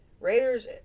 Raiders